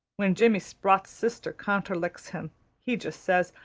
when jimmy sprott's sister conterdicks him he just says,